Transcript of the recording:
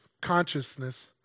consciousness